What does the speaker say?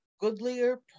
goodlier